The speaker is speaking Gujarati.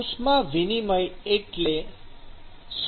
ઉષ્મા વિનિમય એટલે શું